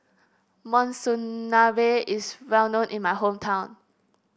Monsunabe is well known in my hometown